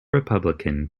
republican